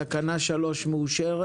תקנה 3 מאושרת.